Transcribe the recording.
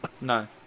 No